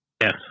Yes